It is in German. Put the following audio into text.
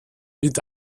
mit